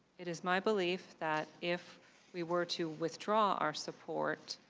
it is my belief that if we were to withdraw our support,